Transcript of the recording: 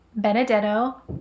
Benedetto